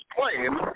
claim